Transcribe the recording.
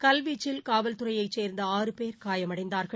கல்வீச்சில் காவல்துறையைச் சேர்ந்த ஆறு பேர் காயமடைந்தார்கள்